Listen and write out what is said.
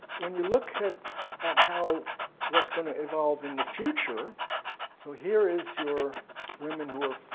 when you look at at how what's going to evolve in the future so here is your women who are